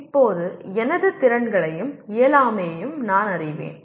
இப்போது எனது திறன்களையும் இயலாமையையும் நான் அறிவேன்